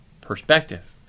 Perspective